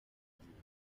giugno